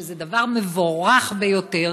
שזה דבר מבורך ביותר,